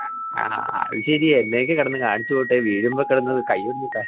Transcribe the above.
അ ആ അത് ശെരിയാ എന്നാക്കെയാ കെടന്ന് കാണിച്ച് കൂട്ടിയെ വീഴുമ്പൊ കെടന്നത് കൈ കൊണ്ടിട്ടാ